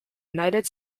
united